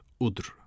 Udr